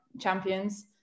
champions